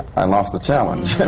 i lost the challenge.